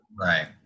Right